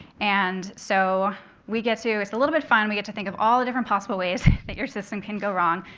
and so we get to it's a little bit fun. we get to think of all the different possible ways that your system can go wrong.